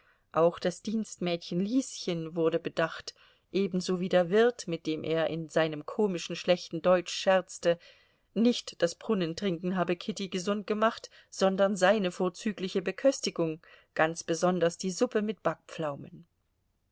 auch das dienstmädchen lieschen wurde bedacht ebenso wie der wirt mit dem er in seinem komischen schlechten deutsch scherzte nicht das brunnentrinken habe kitty gesund gemacht sondern seine vorzügliche beköstigung ganz besonders die suppe mit backpflaumen